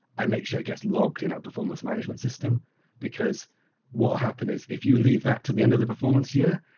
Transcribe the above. i make sure it gets logged in our performance-management system because what will happen is, if you leave that to the end of the performance year,